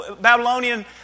Babylonian